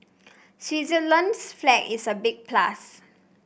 Switzerland's flag is a big plus